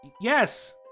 Yes